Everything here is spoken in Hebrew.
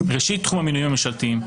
ראשית, תחום המינויים הממשלתיים,